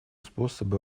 способы